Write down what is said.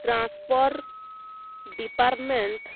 transfer department